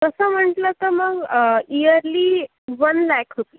तसं म्हटलं तर मग इअरली वन लॅख रूपी